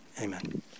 amen